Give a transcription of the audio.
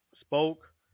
spoke